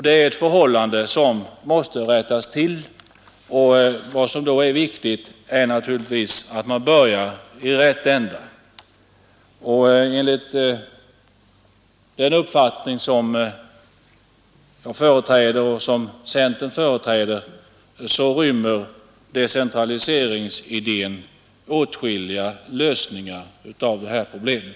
Det förhållandet måste rättas till, och då är det viktigt att börja i rätt ända. Enligt den uppfattning som jag och hela centern företräder rymmer decentraliseringsidén åtskilliga lösningar av det här problemet.